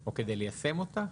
או כדי ליישם אותה?